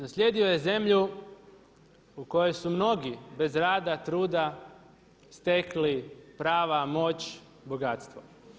Naslijedio je zemlju u kojoj su mnogi bez rada, truda stekli prava, moć, bogatstvo.